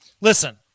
Listen